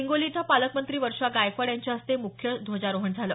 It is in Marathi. हिंगोली इथं पालकमंत्री वर्षा गायकवाड यांच्या हस्ते मुख्य ध्वजारोहण झालं